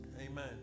Amen